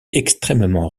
extrêmement